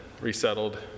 resettled